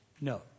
No